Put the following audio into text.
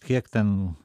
kiek ten